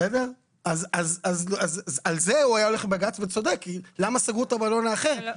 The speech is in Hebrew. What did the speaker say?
על זה הוא היה הולך לבג"ץ וצודק כי למה סגרו את המלון האחר?